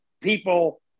people